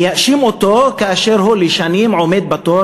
מייאשים אותו כאשר הוא שנים עומד בתור